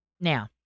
Now